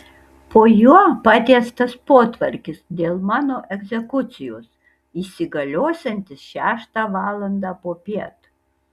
po juo patiestas potvarkis dėl mano egzekucijos įsigaliosiantis šeštą valandą popiet